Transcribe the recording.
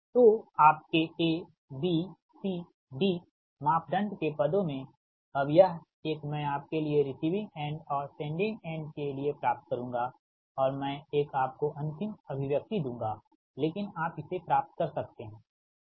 तो आपके A B C D मापदंड के पदों मेंअब यह एक मैं आपके लिए रिसीविंग एंड और सेंडिंग एंड के लिए प्राप्त करुंगा और मैं एक आपको अंतिम अभिव्यक्ति दूँगा लेकिन आप इसे प्राप्त कर सकते हैं